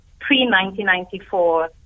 pre-1994